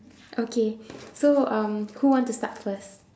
okay so um who want to start first